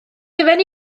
hufen